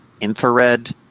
infrared